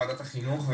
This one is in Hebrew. ועדת החינוך,